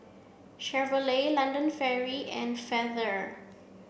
Chevrolet London and Feather